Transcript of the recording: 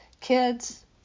Kids